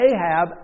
Ahab